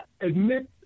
admit